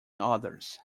others